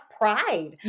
pride